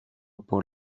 por